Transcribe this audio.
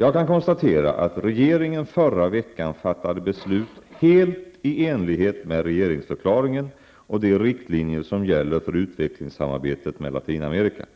Jag kan konstatera att regeringen förra veckan fattade beslut helt i enlighet med regeringsförklaringen och de riktlinjer som gäller för utvecklingssamarbetet med Latinamerika.